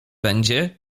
będzie